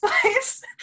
place